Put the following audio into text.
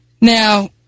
Now